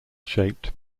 shaped